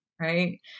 right